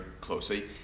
closely